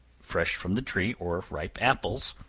fresh from the tree, or ripe apples,